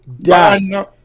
die